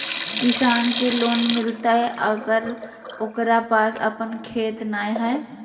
किसान के लोन मिलताय अगर ओकरा पास अपन खेत नय है?